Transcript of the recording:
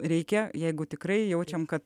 reikia jeigu tikrai jaučiame kad